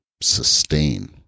sustain